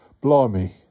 Blimey